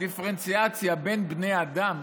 דיפרנציאציה בין בני אדם